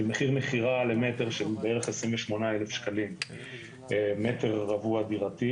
של מחיר מכירה למטרה של בערך 28,000 שקלים מטר רבוע דירתי,